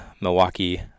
Milwaukee